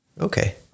okay